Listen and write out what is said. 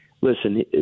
Listen